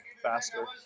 faster